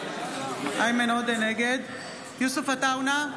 נגד יוסף עטאונה,